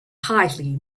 highly